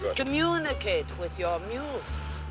communicate with your muse.